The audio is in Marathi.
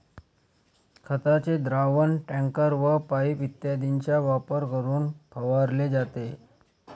खताचे द्रावण टँकर व पाइप इत्यादींचा वापर करून फवारले जाते